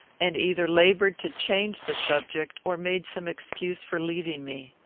and either laboured to change the subject or made some excuse for leaving me.